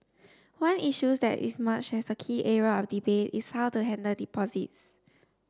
one issues that is emerged as a key area of debate is how to handle deposits